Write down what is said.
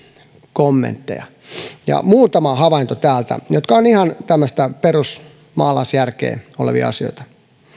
kommentteja muutama havainto täältä jotka ovat ihan tämmöistä perusmaalaisjärkeä olevia asioita